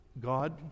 God